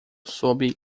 sobre